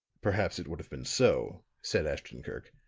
perhaps it would have been so, said ashton-kirk.